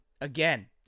Again